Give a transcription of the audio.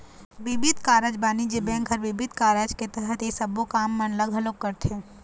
बिबिध कारज बानिज्य बेंक ह बिबिध कारज के तहत ये सबो काम मन ल घलोक करथे